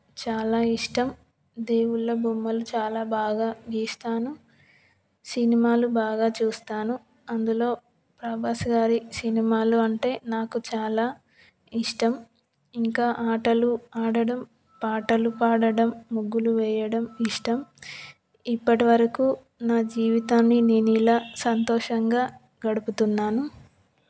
చాలా ఇష్టం దేవుళ్ళ బొమ్మలు చాలా బాగా గీస్తాను సినిమాలు బాగా చూస్తాను అందులో ప్రభాస్ గారి సినిమాలు అంటే నాకు చాలా ఇష్టం ఇంకా ఆటలు ఆడడం పాటలు పాడడం ముగ్గులు వేయడం ఇష్టం ఇప్పటివరకు నా జీవితాన్ని నేను ఇలా సంతోషంగా గడుపుతున్నాను